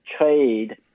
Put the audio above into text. trade